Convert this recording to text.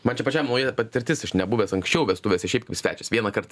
man čia pačiam nauja patirtis aš nebuvęs anksčiau vestuvėse šiaip kaip svečias vieną kart